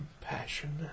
compassion